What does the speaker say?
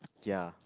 ya